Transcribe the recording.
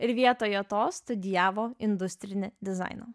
ir vietoje to studijavo industrinį dizainą